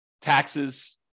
taxes